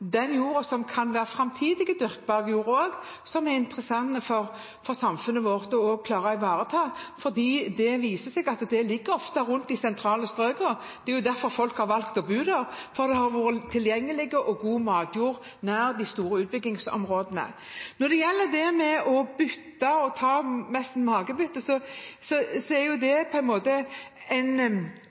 som kan være framtidig dyrkbar jord, som det er interessant for samfunnet å klare å ivareta. Det viser seg at det ofte ligger rundt de sentrale strøk, og det er derfor folk har valgt å bo der – det har vært tilgjengelig og god matjord nær de store utbyggingsområdene. Når det gjelder jordbytte – nesten makebytte – er det en besnærende måte å tenke på. Men jeg er opptatt av at vi må fokusere på